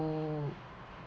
too